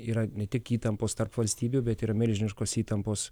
yra ne tik įtampos tarp valstybių bet yra milžiniškos įtampos